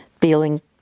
feeling